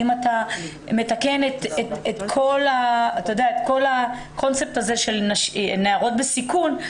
אם אתה מתקן את כל הקונספט הזה של נערות בסיכון,